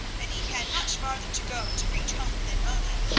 and he had much farther to go to reach home than moni,